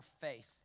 faith